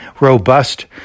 robust